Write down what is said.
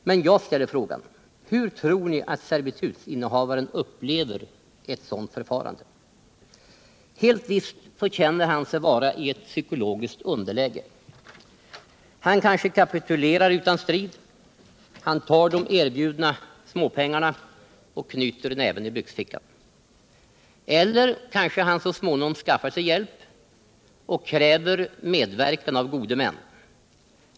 Men jag ställer frågan: Hur tror ni att servitutsinnehavaren upplever ett sådant förfarande? Heh visst känner han sig vara i ett psykologiskt underläge. Han kanske kapitulerar utan strid. Han tar de erbjudna pengarna och knyter näven i byxfickan. Eller kanske han så småningom skaffar sig hjälp och kräver medverkan av godemän.